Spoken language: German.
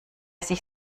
sich